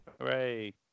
Hooray